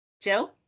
Joe